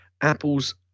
Apple's